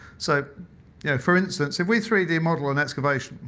so yeah for instance, if we three d a model in excavation,